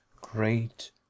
great